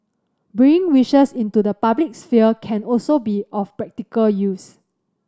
bringing wishes into the public sphere can also be of practical use